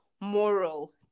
moral